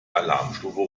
alarmstufe